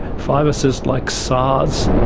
viruses like sars,